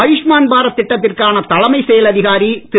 ஆயுஷ்மான் பாரத் திட்டத்திற்கான தலைமை செயல் அதிகாரி திரு